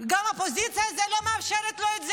האופוזיציה לא מאפשרת לו?